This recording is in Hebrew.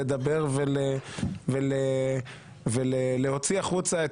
לדבר ולהוציא החוצה את